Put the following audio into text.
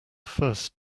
first